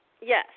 Yes